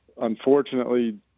unfortunately